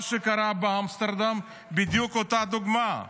מה שקרה באמסטרדם זאת בדיוק אותה דוגמה.